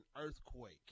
earthquake